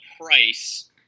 price